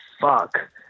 fuck